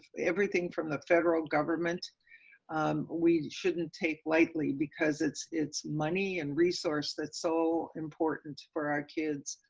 everything from the federal government we shouldn't take lightly, because it's it's money and resource that so important for our kids,